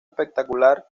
espectacular